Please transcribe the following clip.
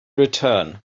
return